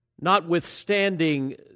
Notwithstanding